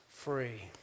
Free